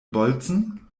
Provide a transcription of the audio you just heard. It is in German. bolzen